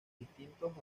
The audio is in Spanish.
distintos